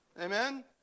Amen